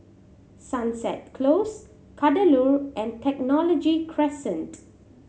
Sunset Close Kadaloor and Technology Crescent